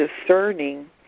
discerning